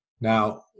Now